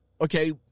okay